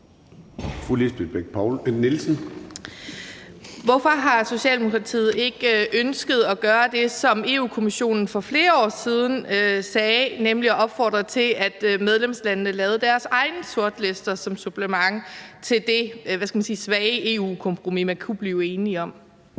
Hvorfor har Socialdemokratiet ikke ønsket at gøre det, som Europa-Kommissionen for flere år siden sagde, nemlig at opfordre til, at medlemslandene laver deres egne sortlister som supplement til det svage EU-kompromis, man kunne blive enige om?